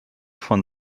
von